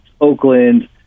Oakland